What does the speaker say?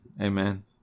Amen